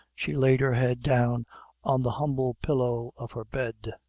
she laid her head down on the humble pillow of her bed.